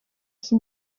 qui